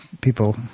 people